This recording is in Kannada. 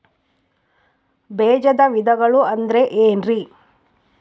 ಬೇಜದ ವಿಧಗಳು ಅಂದ್ರೆ ಏನ್ರಿ?